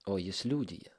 o jis liudija